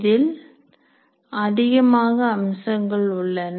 அதில் அதிகமாக அம்சங்கள் உள்ளன